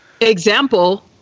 example